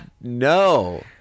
No